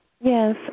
Yes